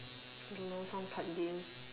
don't know some card games